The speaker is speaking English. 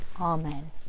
Amen